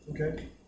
Okay